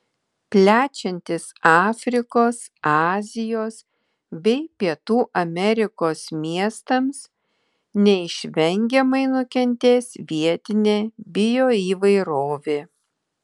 plečiantis afrikos azijos bei pietų amerikos miestams neišvengiamai nukentės vietinė bioįvairovė